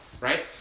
right